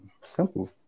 Simple